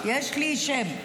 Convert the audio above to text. יש לי שם.